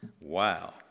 Wow